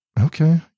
Okay